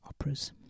operas